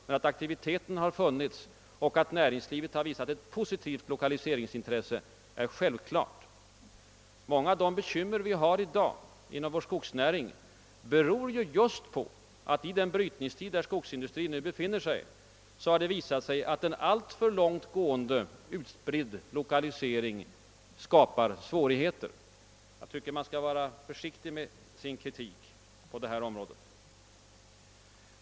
Men att aktiviteten funnits och att näringslivet visat ett positivt 1okaliseringsintresse är uppenbart. Många av de bekymmer vi i dag har inom vår skogsnäring beror just på det förhållandet, att det i den brytningstid, som skogsindustrin nu befinner sig i, har visat sig att en alltför långt utspridd lokalisering skapar svårigheter. Jag tycker att man skall vara försiktig med sin kritik på det området.